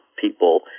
people